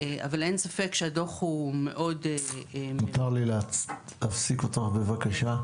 אבל אין ספק שהדו"ח הוא מאוד --- אפסיק אותך בבקשה.